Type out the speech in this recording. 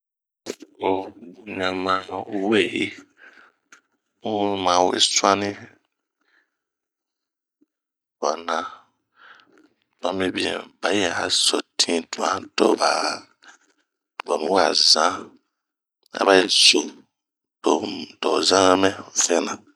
Ooh bunma weyi, bun ma we suani tuana ,tuan mibin bayi bɛ so tinh to ba mi wazan, aba yi soo to ho zamɛ vo.